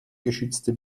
geschützte